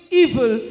evil